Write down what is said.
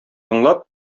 тыңлап